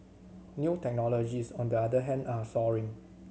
new technologies on the other hand are soaring